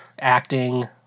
acting